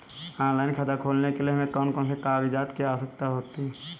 Online खाता खोलने के लिए हमें कौन कौन से कागजात की आवश्यकता होती है?